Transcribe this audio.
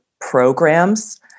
programs